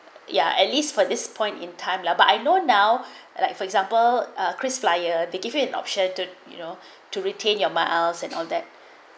ya at least for this point in time lah but I know now like for example uh krisflyer they give you an option to you know to retain your mounts and all that